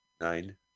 nine